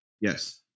Yes